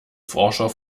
forscher